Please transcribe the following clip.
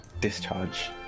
discharge